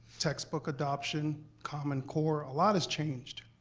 textbook adoption, common core. a lot has changed.